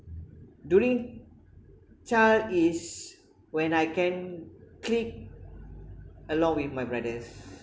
during child is when I can clique along with my brothers